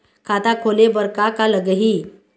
खाता खोले बर का का लगही?